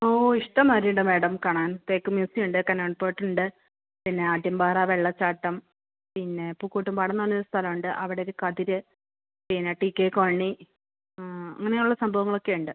ഓ ഇഷ്ടം മാതിരിയുണ്ട് മേഡം കണാൻ തെക്കും മ്യൂസിയം ഉണ്ട് കനാൽ പോർട്ടുണ്ട് പിന്നെ ആറ്റും പാറ വെള്ളചാട്ടം പിന്നെ പൂക്കൂട്ടുംപാറ എന്ന് പറഞ്ഞ സ്ഥലമുണ്ട് അവിടൊരു കതിർ പിന്നെ ടി കെ കോളനി ആ അങ്ങനെയുള്ള സംഭവങ്ങളൊക്കെയുണ്ട്